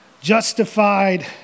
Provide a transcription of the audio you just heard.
Justified